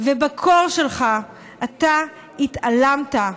ובקור שלך אתה התעלמת.